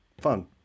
fun